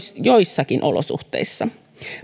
joissakin olosuhteissa